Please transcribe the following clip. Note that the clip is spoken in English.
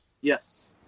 Yes